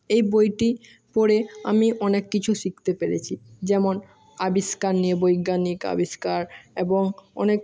এই বইটি পড়ে আমি অনেক কিছু শিখতে পেরেছি যেমন আবিষ্কার নিয়ে বৈজ্ঞানিক আবিষ্কার এবং অনেক